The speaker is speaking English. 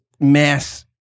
mass